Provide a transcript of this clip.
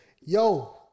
yo